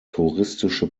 touristische